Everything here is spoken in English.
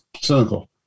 cynical